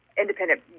independent